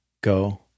go